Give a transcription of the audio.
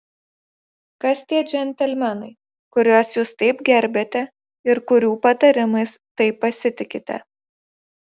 kas tie džentelmenai kuriuos jūs taip gerbiate ir kurių patarimais taip pasitikite